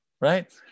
Right